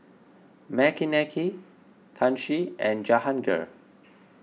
Makineni Kanshi and Jahangir